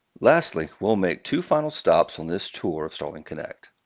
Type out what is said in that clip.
lastly, will make two final stops on this tour of starling connect.